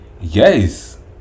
yes